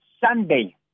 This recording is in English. Sunday